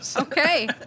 Okay